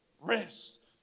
rest